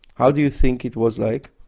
ah do you think it was like?